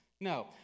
No